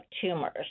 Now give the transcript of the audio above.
tumors